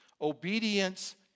Obedience